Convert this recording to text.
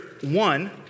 one